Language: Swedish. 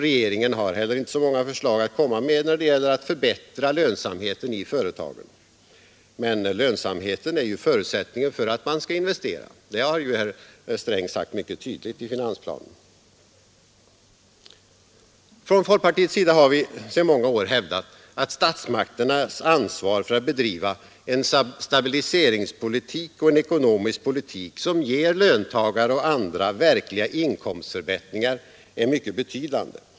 Regeringen har inte så många förslag att komma med när det gäller att förbättra lönsamheten i företagen. Men lönsamhet är ju förutsättningen för att man skall investera, det har ju herr Sträng sagt mycket tydligt i finansplanen. Från folkpartiets sida har vi sedan många år hävdat att statsmakternas ansvar för att bedriva en stabiliseringspolitik och en ekonomisk politik som ger löntagare och andra verkliga inkomstförbättringar är mycket betydande.